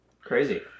Crazy